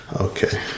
okay